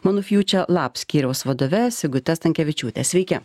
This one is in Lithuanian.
manufuture labs skyriaus vadove sigute stankevičiūte sveiki